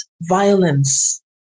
violence